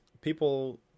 people